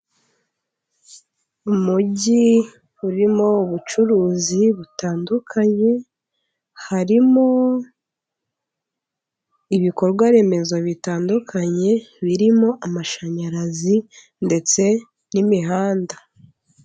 Umugi urimo ubucuruzi butandukanye ,harimo ibikorwaremezo bitandukanye ,birimo amashanyarazi ndetse n'imihanda.